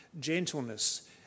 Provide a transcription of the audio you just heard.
gentleness